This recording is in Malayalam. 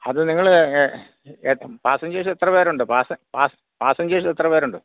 അത് നിങ്ങള് പാസഞ്ചേഴ്സ് എത്ര പേരുണ്ട് പാസഞ്ചേഴ്സ് എത്ര പേരുണ്ട്